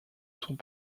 sont